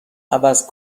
عوض